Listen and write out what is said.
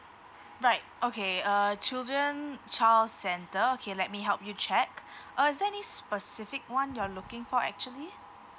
right okay uh children child centre okay let me help you check uh is there any specific one you're looking for actually